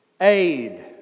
Aid